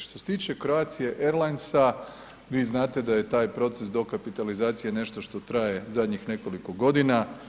Što se Croatia Airlines vi znate da je taj proces dokapitalizacije nešto što traje zadnjih nekoliko godina.